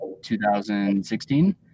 2016